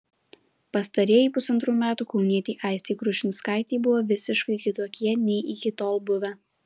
pastarieji pusantrų metų kaunietei aistei krušinskaitei buvo visiškai kitokie nei iki tol buvę